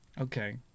Okay